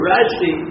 Rashi